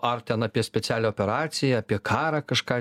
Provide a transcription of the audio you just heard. ar ten apie specialią operaciją apie karą kažką